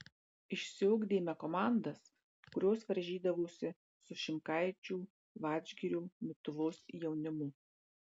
išsiugdėme komandas kurios varžydavosi su šimkaičių vadžgirio mituvos jaunimu